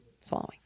swallowing